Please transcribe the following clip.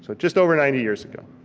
but just over ninety years ago.